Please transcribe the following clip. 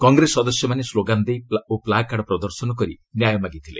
କଂଗ୍ରେସ ସଦସ୍ୟମାନେ ସ୍ଲୋଗାନ ଦେଇ ଓ ପ୍ଲାକାର୍ଡ଼ ପ୍ରଦର୍ଶନ କରି ନ୍ୟାୟ ମାଗିଥିଲେ